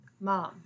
Mom